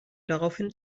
daraufhin